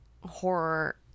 horror